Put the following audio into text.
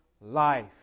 life